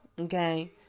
okay